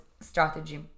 strategy